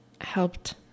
helped